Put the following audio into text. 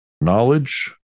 knowledge